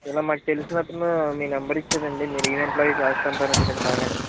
ఇలా మాకు తెలిసిన అతను మీ నెంబర్ ఇచ్చాడు అండి మీరు ఈవెంట్లు అవి చేస్తుంటారు అంట కదా బాగా